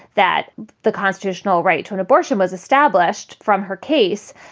that the constitutional right to an abortion was established from her case.